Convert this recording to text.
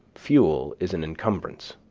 fuel is an encumbrance.